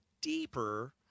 deeper –